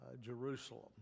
jerusalem